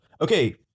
okay